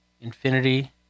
Infinity